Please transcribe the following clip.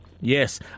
Yes